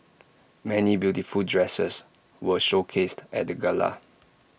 many beautiful dresses were showcased at the gala